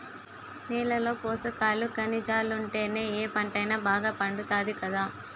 నేలలో పోసకాలు, కనిజాలుంటేనే ఏ పంటైనా బాగా పండుతాది కదా